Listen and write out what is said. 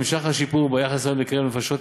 נמשך השיפור ביחס לעוני בקרב נפשות,